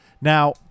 Now